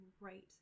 right